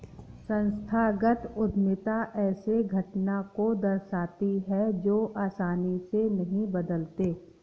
संस्थागत उद्यमिता ऐसे घटना को दर्शाती है जो आसानी से नहीं बदलते